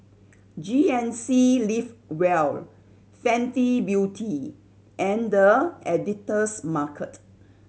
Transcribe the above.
G N C Live well Fenty Beauty and The Editor's Market